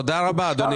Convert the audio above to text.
תודה רבה אדוני.